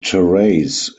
terrace